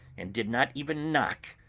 and did not even knock,